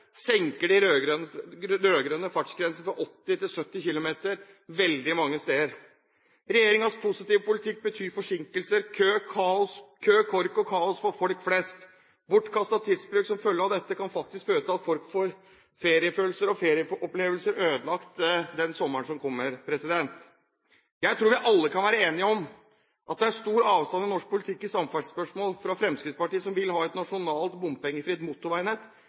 senker de rød-grønne fartsgrensen fra 80 km/t til 70 km/t veldig mange steder. Regjeringens passive politikk betyr forsinkelser, kø, kork og kaos for folk flest. Bortkastet tidsbruk som følge av dette kan faktisk føre til at folk får feriefølelser og ferieopplevelser ødelagt denne sommeren som kommer. Jeg tror vi alle kan være enige om at det er stor avstand i norsk politikk i samferdselsspørsmål – fra Fremskrittspartiet, som vil ha et nasjonalt bompengefritt motorveinett